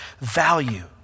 value